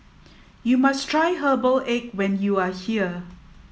you must try Herbal Egg when you are here